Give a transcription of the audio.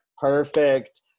Perfect